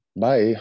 Bye